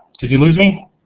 did you lose me?